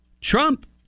Trump